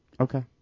Okay